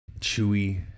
chewy